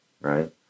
right